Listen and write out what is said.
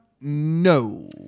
no